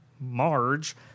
Marge